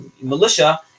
militia